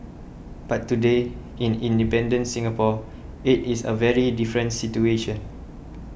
but today in independent Singapore it is a very different situation